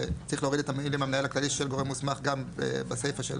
שצריך להוריד את המילים "המנהל הכללי של גורם מוסמך" גם בסיפה של